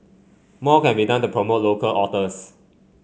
more can be done to promote local authors